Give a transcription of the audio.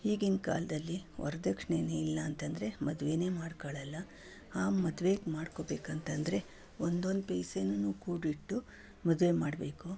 ಈಗಿನ ಕಾಲದಲ್ಲಿ ವರದಕ್ಷಿಣೆ ಇಲ್ಲಾಂತಂದ್ರೆ ಮದುವೆನೇ ಮಾಡಿಕೊಳ್ಳಲ್ಲ ಆ ಮದುವೆ ಮಾಡ್ಕೊಳ್ಬೇಕಂತಂದ್ರೆ ಒಂದೊಂದು ಪೈಸೆನೂ ಕೂಡಿಟ್ಟು ಮದುವೆ ಮಾಡಬೇಕು